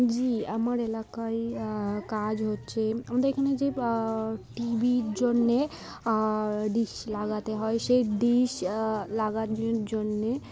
জি আমার এলাকায় কাজ হচ্ছে আমাদের এখানে যে টিভির জন্যে ডিশ লাগাতে হয় সেই ডিশ লাগানোর জন্যে